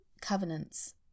covenants